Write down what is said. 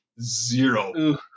Zero